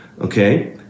okay